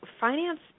finance